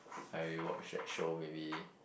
I watch that show maybe